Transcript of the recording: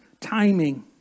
timing